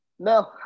No